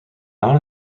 non